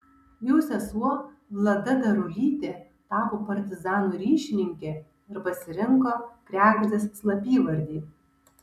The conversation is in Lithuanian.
jų sesuo vlada darulytė tapo partizanų ryšininkė ir pasirinko kregždės slapyvardį